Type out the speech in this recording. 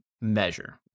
measure